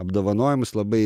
apdovanojimus labai